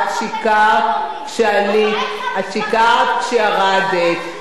את שיקרת כשעלית, את שיקרת כשירדת.